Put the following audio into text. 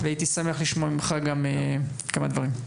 והייתי שמח לשמוע ממך כמה דברים.